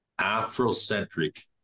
Afrocentric